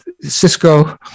Cisco